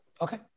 Okay